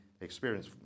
experience